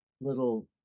little